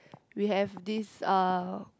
we have this uh